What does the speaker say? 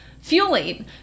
fueling